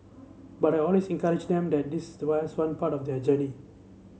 but I always encourage them that this is why as one part of their journey